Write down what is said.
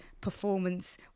performance